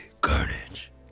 carnage